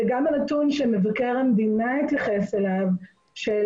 גם הנתון שמבקר המדינה התייחס אליו של